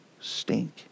stink